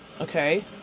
okay